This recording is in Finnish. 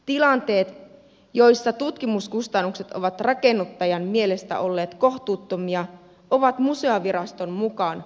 tilanteet joissa tutkimuskustannukset ovat rakennuttajan mielestä olleet kohtuuttomia ovat museoviraston mukaan poikkeuksia